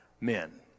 men